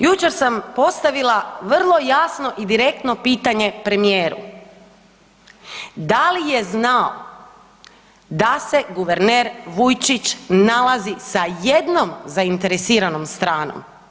Jučer sam postavilo vrlo jasno i direktno pitanje premijeru, da li je znao da se guverner Vujčić nalazi sa jednom zainteresiranom stranom?